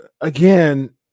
again